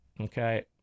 Okay